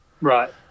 Right